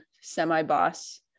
semi-boss